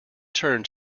turned